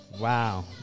Wow